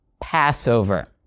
passover